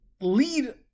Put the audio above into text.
lead